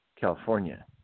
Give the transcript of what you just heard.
California